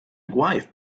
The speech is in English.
wife